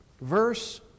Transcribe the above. Verse